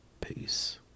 peace